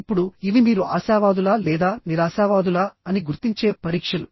ఇప్పుడు ఇవి మీరు ఆశావాదులా లేదా నిరాశావాదులా అని గుర్తించే పరీక్షలు